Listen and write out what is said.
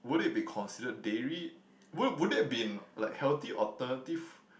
would it be considered dairy would would that be in like healthy alternative